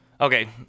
okay